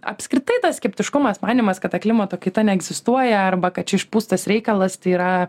apskritai tas skeptiškumas manymas kad ta klimato kaita neegzistuoja arba kad čia išpūstas reikalas tai yra